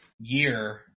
year